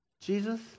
Jesus